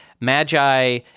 Magi